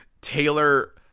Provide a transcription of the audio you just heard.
Taylor